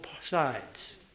sides